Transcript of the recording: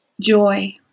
joy